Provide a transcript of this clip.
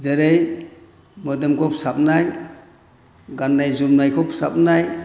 जेरै मोदोमखौ फोसाबनाय गाननाय जोमनायखौ फोसाबनाय